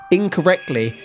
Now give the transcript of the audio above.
incorrectly